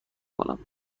کنم